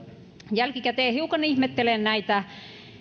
jälkikäteen hiukan ihmettelen näitä